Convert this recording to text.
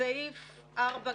בסעיף 12(ב),